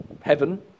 heaven